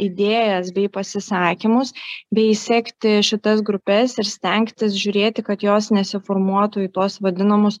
idėjas bei pasisakymus bei sekti šitas grupes ir stengtis žiūrėti kad jos nesiformuotų į tuos vadinamus